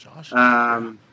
Josh